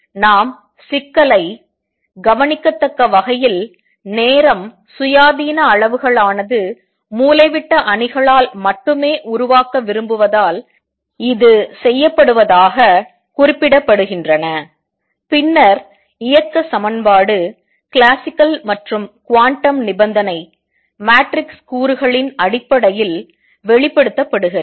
நாம் சிக்கலை கவனிக்கத்தக்க வகையில் நேரம் சுயாதீன அளவுகள் ஆனது மூலைவிட்ட அணிகளால் மட்டுமே உருவாக்க விரும்புவதால் இது செய்யப்படுகிறது குறிப்பிடப்படுகின்றன பின்னர் இயக்கசமன்பாடு கிளாசிக்கல் மற்றும் குவாண்டம் நிபந்தனை மேட்ரிக்ஸ் கூறுகளின் அடிப்படையில் வெளிப்படுத்தப்படுகிறது